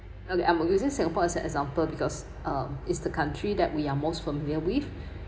okay I'm using singapore as an example because uh its the country that we are most familiar with